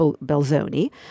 Belzoni